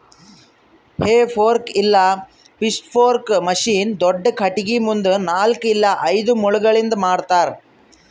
ಹೇ fork ಇಲ್ಲ pitchfork machine ದೊಡ್ದ ಖಟಗಿ ಮುಂದ ನಾಲ್ಕ್ ಇಲ್ಲ ಐದು ಮೊಳಿಗಳಿಂದ್ ಮಾಡ್ತರ